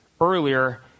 Earlier